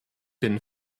bin